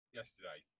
yesterday